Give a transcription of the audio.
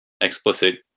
explicit